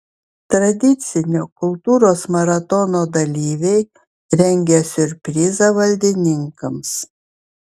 tradicinio kultūros maratono dalyviai rengia siurprizą valdininkams